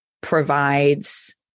provides